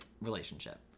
relationship